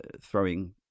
throwing